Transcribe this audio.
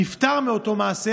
הוא נפטר מאותו מעשה,